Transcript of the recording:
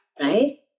Right